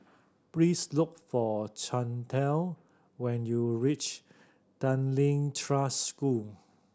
please look for Chantal when you reach Tanglin Trust School